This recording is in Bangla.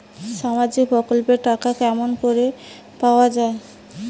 সামাজিক প্রকল্পের টাকা কেমন করি পাওয়া যায়?